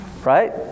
Right